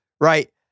right